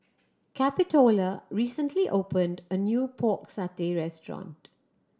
Capitola recently opened a new Pork Satay restaurant